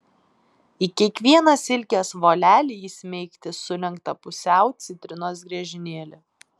į kiekvieną silkės volelį įsmeigti sulenktą pusiau citrinos griežinėlį